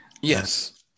yes